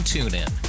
TuneIn